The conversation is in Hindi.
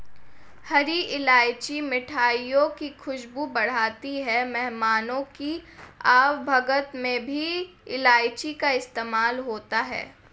हरी इलायची मिठाइयों की खुशबू बढ़ाती है मेहमानों की आवभगत में भी इलायची का इस्तेमाल होता है